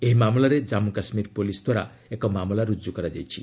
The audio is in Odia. ଏହି ମାମଲାରେ ଜନ୍ମୁ କାଶ୍ମୀର ପୁଲିସ୍ ଦ୍ୱାରା ଏକ ମାମଲା ରୁଜୁ କରାଯାଇଛି